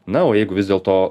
na o jeigu vis dėlto